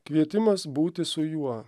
kvietimas būti su juo